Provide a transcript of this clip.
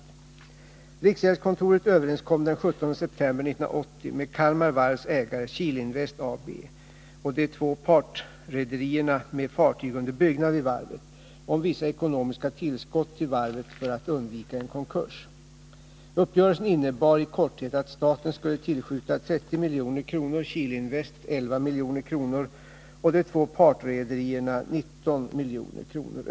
31 Riksgäldskontoret överenskom den 17 september 1980 med Kalmar Varvs ägare, Kihlinvest AB, och de två partrederierna med fartyg under byggnad vid varvet om vissa ekonomiska tillskott till varvet för att undvika en konkurs. Uppgörelsen innebar i korthet att staten skulle tillskjuta 30 milj.kr., Kihlinvest 11 milj.kr. och de två partrederierna 19 milj.kr.